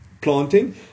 planting